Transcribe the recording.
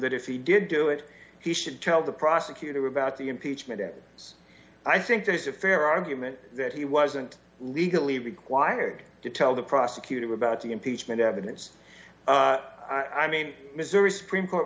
that if he did do it he should tell the prosecutor about the impeachment and so i think that it's a fair argument that he wasn't legally required to tell the prosecutor about the impeachment evidence i mean missouri supreme court